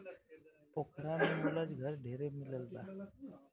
पोखरा में मुलच घर ढेरे मिलल बा